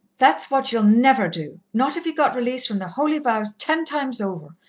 that's what you'll never do, not if ye got release from the holy vows ten times over.